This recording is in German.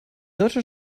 deutsche